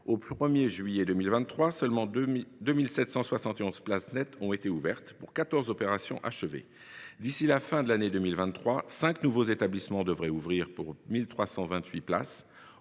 Au 1 juillet 2023, seulement 2 771 places nettes ont été ouvertes, pour quatorze opérations achevées. D’ici à la fin de l’année 2023, cinq nouveaux établissements devraient ouvrir, pour 1 328 places.